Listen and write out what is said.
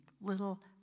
little